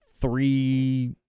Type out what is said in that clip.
three